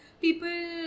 people